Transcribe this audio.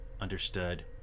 Understood